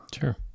Sure